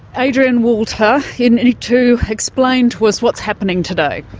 adrian walter, you need to explain to us what's happening today.